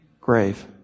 grave